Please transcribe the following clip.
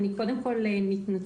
אני קודם כל מתנצלת,